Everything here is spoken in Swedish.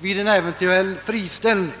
i händelse av friställning.